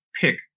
pick